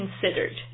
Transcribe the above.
considered